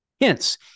Hence